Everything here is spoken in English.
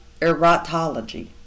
erotology